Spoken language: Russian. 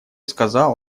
сказал